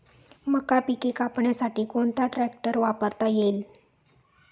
मका पिके कापण्यासाठी कोणता ट्रॅक्टर वापरता येईल?